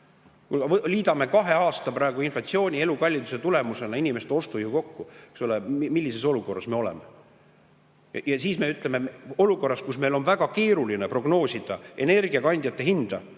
Kui me liidame kahe aasta inflatsiooni elukalliduse tulemusena, inimeste ostujõu kokku, siis millises olukorras me oleme? Ja siis me [küsime] olukorras, kus meil on väga keeruline prognoosida energiakandjate hinda